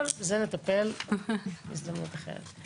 אבל בזה נטפל בהזדמנות אחרת.